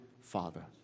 father